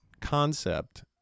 concept